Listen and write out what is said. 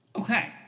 Okay